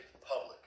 public